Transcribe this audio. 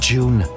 June